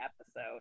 episode